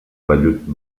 vellut